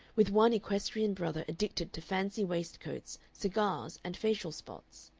with one equestrian brother addicted to fancy waistcoats, cigars, and facial spots.